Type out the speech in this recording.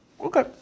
okay